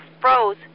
froze